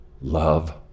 love